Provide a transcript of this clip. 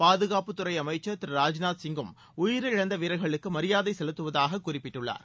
பாதுகாப்புத்துறை அமைச்சர் திரு ராஜ்நாத் சிங்கும் உயிரிழந்த வீரர்களுக்கு மரியாதை செலுத்துவதாக குறிப்பிட்டுள்ளார்